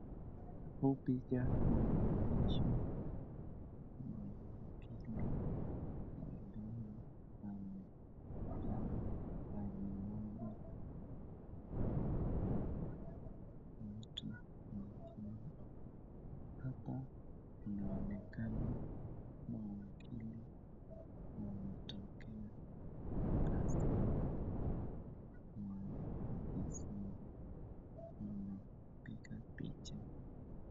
Huu picha inaonyesha mawakili ambao wamesimama pahali moja ikiwa mtu mmoja ni, hapa inaonekana mawakili wametokea kazini mwa ofisini na wakapiga picha.